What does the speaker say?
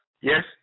Yes